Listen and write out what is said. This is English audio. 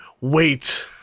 Wait